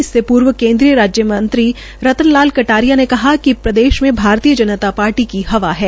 इससे पूर्व केन्द्रीय राज्य मंत्री रतन लाल कटारिया ने कहा कि प्रदेश में भारतीय जनता पार्टी की हवा है